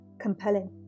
compelling